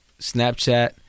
snapchat